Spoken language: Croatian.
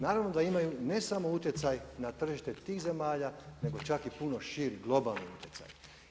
Naravno da imaju, ne samo utjecaj, na tržište tih zemalja, nego čak i puno širih, globalni utjecaj.